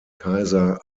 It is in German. kaiser